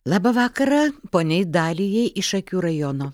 labą vakarą poniai dalijai iš šakių rajono